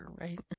right